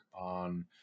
on